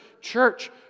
Church